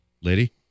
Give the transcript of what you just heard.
Lady